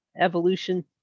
evolution